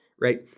right